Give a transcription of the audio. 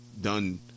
done